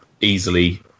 easily